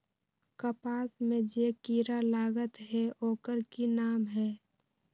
कपास में जे किरा लागत है ओकर कि नाम है?